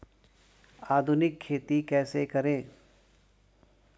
आधुनिक खेती कैसे करें?